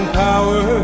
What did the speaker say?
power